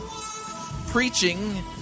preaching